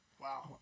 Wow